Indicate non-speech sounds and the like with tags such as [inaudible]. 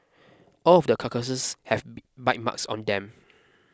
all of the carcasses have [hesitation] bite marks on them